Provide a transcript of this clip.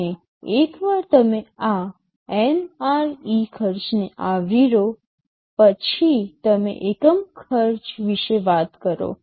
અને એકવાર તમે આ NRE ખર્ચને આવરી લો પછી તમે એકમ ખર્ચ વિશે વાત કરો